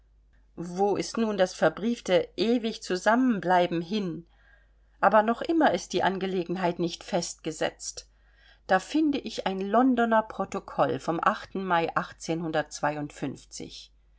wo ist nun das verbriefte ewig zusammenbleiben hin aber noch immer ist die angelegenheit nicht festgesetzt da finde ich ein londoner protokoll vom mai